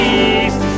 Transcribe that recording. east